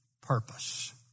purpose